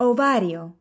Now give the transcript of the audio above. Ovario